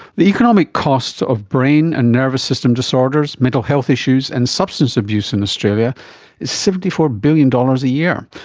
the economic cost of brain and nervous system disorders, mental health issues and substance abuse in australia is seventy four billion dollars a year,